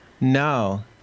No